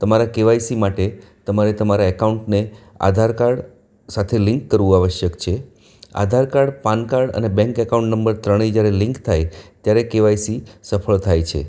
તમારા કેવાયસી માટે તમારે તમારા એકાઉન્ટને આધાર કાર્ડ સાથે લિન્ક કરવું આવશ્યક છે આધાર કાર્ડ પાન કાર્ડ અને બેંક અકાઉન્ટ નંબર ત્રણેય જ્યારે લિન્ક થાય ત્યારે કેવાયસી સફળ થાય છે